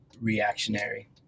reactionary